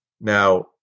Now